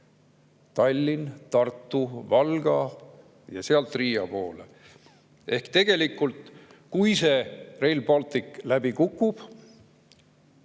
Tallinn–Tartu–Valga ja sealt Riia poole. Tegelikult, kui see Rail Baltic läbi kukub,